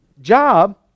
job